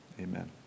amen